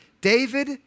David